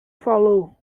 falou